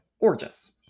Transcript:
gorgeous